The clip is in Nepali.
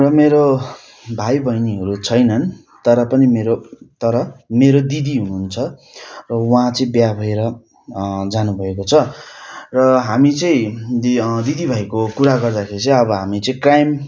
र मेरो भाइ बहिनीहरू छैनन् तर पनि मेरो तर मेरो दिदी हुनु हुन्छ र उहाँ चाहिँ बिहे भएर जानु भएको छ र हामी चाहिँ दि दिदी भाइको कुरा गर्दाखेरि चाहिँ अब हामी चाहिँ क्राइम